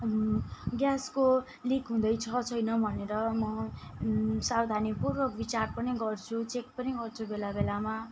ग्यासको लिक हुँदैछ छैन भनेर म सावधानीपूर्वक बिचार पनि गर्छु चेक पनि गर्छु बेला बेलामा